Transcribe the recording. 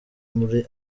muri